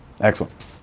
Excellent